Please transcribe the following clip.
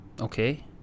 Okay